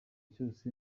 cyose